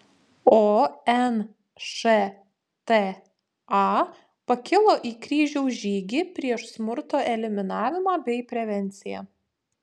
o nšta pakilo į kryžiaus žygį prieš smurto eliminavimą bei prevenciją